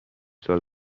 سال